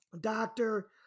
doctor